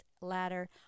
ladder